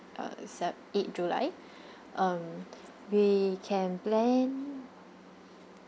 uh se~ eight july um we can plan